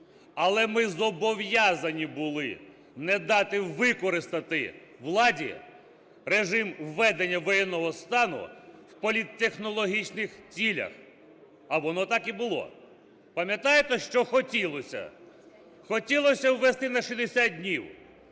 Але ми зобов'язані були не дати використати владі режим введення воєнного стану в політтехнологічних цілях. А воно так і було. Пам'ятаєте, що хотілося? Хотілося ввести на 60 днів,